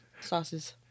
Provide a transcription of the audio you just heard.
Sauces